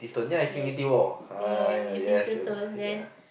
ya ya the infinity stone then